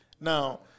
Now